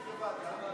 איזו ועדה?